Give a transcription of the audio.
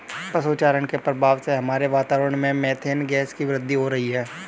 पशु चारण के प्रभाव से हमारे वातावरण में मेथेन गैस की वृद्धि हो रही है